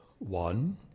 One